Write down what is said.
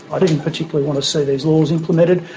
i didn't particularly want to see these laws implemented.